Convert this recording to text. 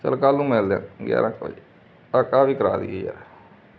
ਚਲ ਕੱਲ੍ਹ ਨੂੰ ਮਿਲਦੇ ਗਿਆਰਾਂ ਕੁ ਵਜੇ ਆਹ ਵੀ ਕਰਾ ਦਈਏ ਯਾਰ